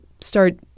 start